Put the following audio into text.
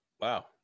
Wow